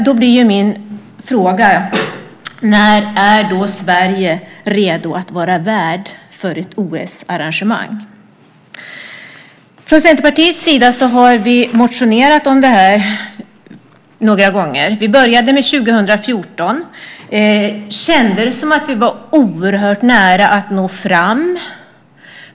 Då blir min fråga: När är då Sverige redo att vara värd för ett OS-arrangemang? Från Centerpartiets sida har vi motionerat om det här några gånger. Vi började med 2014, kände det som att vi var oerhört nära att nå fram.